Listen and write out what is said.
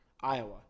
Iowa